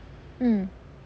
mm